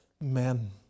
men